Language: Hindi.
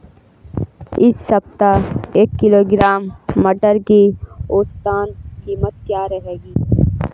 इस सप्ताह एक किलोग्राम मटर की औसतन कीमत क्या रहेगी?